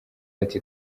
ati